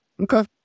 Okay